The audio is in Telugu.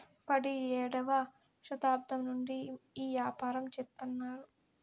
పడియేడవ శతాబ్దం నుండి ఈ యాపారం చెత్తన్నారు